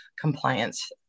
compliance